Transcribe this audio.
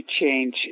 change